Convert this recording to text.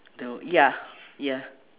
though ya ya